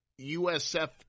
USF